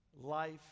life